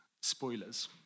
spoilers